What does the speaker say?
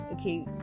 Okay